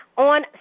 On